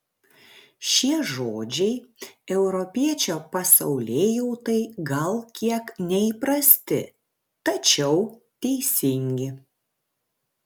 šie žodžiai europiečio pasaulėjautai gal kiek neįprasti tačiau teisingi